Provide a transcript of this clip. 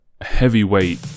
heavyweight